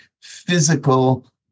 physical